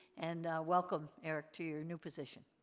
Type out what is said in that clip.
and welcome, eric, to your new position.